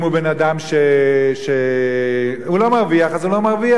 אם הוא בן-אדם שלא מרוויח אז הוא לא מרוויח.